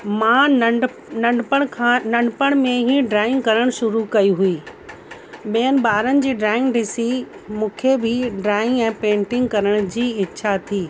मां नंढ नंढपण खां नंढपण में ई ड्राईंग करण शुरू कई हुई ॿियनि ॿारनि जी ड्राईंग ॾिसी मूंखे बि ड्राईंग ऐं पेंटिंग करण जी इच्छा थी